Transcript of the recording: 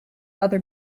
other